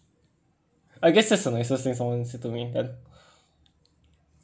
I guess that's the nicest thing someone said to me then